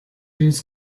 his